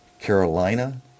Carolina